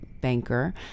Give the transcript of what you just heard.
banker